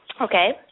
Okay